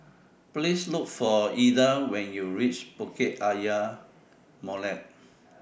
Please Look For Ilda when YOU REACH Bukit Ayer Molek